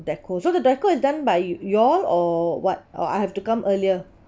deco so the deco is done by yo~ y'all or what or I have to come earlier